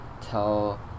tell